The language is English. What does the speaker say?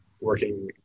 working